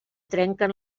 trenquen